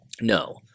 No